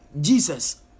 Jesus